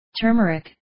Turmeric